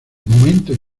momento